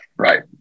Right